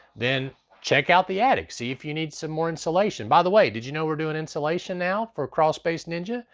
then check out the attic, see if you need some more insulation. by the way, did you know we're doing insulation now for crawl space ninja?